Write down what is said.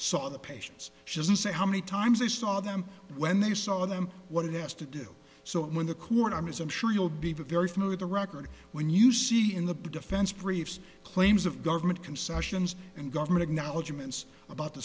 saw the patients she doesn't say how many times they saw them when they saw them what it has to do so when the court i'm as i'm sure you'll be very familiar the record when you see in the defense briefs claims of government concessions and government acknowledgments about the